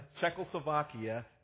Czechoslovakia